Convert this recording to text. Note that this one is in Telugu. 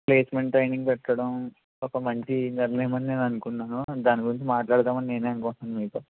ప్లేసెమెంట్ ట్రైనింగ్ పెట్టడం ఒక మంచి నిర్ణయం అని నేను అనుకున్నాను దాని గురించి మాట్లాడదామని నేనే అనుకుంటున్నాను మీతో